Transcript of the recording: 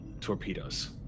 torpedoes